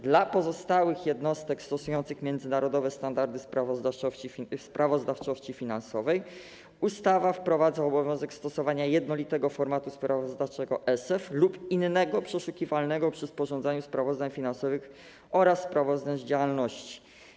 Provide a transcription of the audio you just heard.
Dla pozostałych jednostek stosujących międzynarodowe standardy sprawozdawczości finansowej ustawa wprowadza obowiązek stosowania jednolitego formatu sprawozdawczego ESEF lub innego przeszukiwalnego przy sporządzaniu sprawozdań finansowych oraz sprawozdań z działalności.